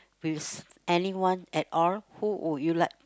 with anyone at all who would you like